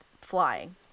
flying